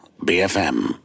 BFM